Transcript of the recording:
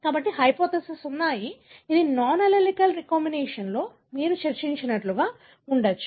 కాబట్టి హైపోథెసిస్ ఉన్నాయి ఇది నాన్ అల్లెలిక్ రీకంబినేషన్లో మీరు చర్చించినట్లుగా ఉండవచ్చు